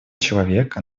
человека